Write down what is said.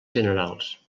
generals